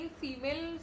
female